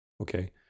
Okay